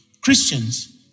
Christians